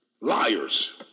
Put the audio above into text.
Liars